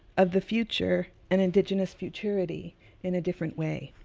of the future, and indigenous futurity in a different way.